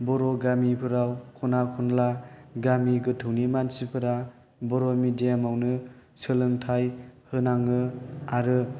बर' गामिफोराव खना खनला गामि गोथौनि मानसिफोरा बर' मिडियामावनो सोलोंथाइ होनाङो आरो